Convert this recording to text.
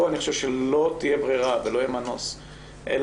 פה אני חושב שלא תהיה ברירה ולא יהיה מנוס אלא